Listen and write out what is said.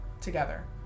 together